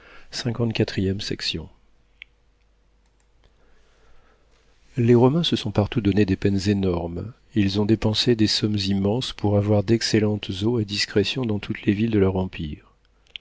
les romains se sont partout donné des peines énormes ils ont dépensé des sommes immenses pour avoir d'excellentes eaux à discrétion dans toutes les villes de leur empire